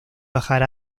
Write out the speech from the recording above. bajar